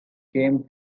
came